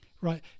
right